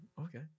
Okay